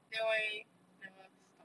then why never stop